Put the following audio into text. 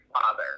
father